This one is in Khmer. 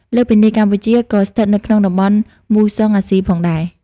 លើសពីនេះ កម្ពុជាក៏ស្ថិតនៅក្នុងតំបន់មូសុងអាស៊ីផងដែរ។